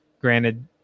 granted